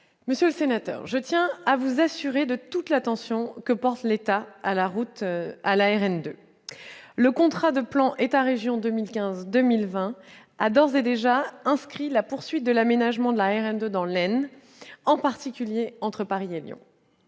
vous répondre. Je tiens à vous assurer de toute l'attention que porte l'État à la RN2. Le contrat de plan État-région 2015-2020 a d'ores et déjà inscrit la poursuite de l'aménagement de la RN2 dans l'Aisne, en particulier entre Paris et Laon.